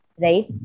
right